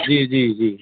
जी जी जी